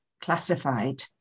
classified